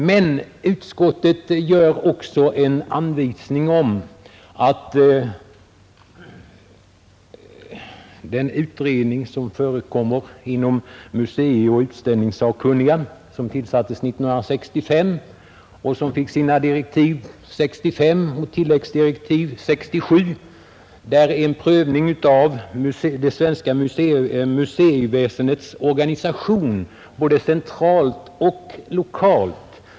Men utskottet ger också en anvisning om att den utredning som görs av 1965 års museioch utställningssakkunniga, som fick sina direktiv 1965 och tilläggsdirektiv 1967, innefattar en prövning av det svenska museiväsendets organisation både centralt och lokalt.